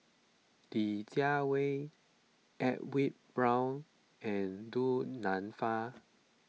Li Jiawei Edwin Brown and Du Nanfa